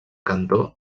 cantó